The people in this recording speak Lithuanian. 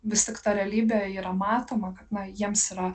vis tik ta realybė yra matoma kad na jiems yra